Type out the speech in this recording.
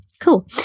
Cool